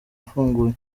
ifunguye